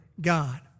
God